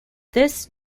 this